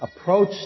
approach